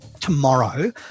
tomorrow